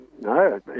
No